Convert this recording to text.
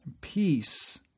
peace